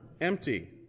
empty